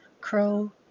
crow